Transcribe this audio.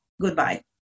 goodbye